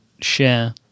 share